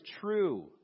true